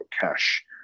cash